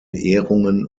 ehrungen